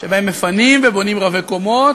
שבהם מפנים ובונים רבי-קומות,